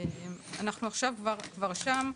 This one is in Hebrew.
אנחנו עכשיו כבר שם.